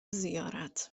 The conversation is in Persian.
زیارت